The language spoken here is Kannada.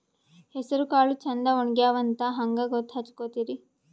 ಹೆಸರಕಾಳು ಛಂದ ಒಣಗ್ಯಾವಂತ ಹಂಗ ಗೂತ್ತ ಹಚಗೊತಿರಿ?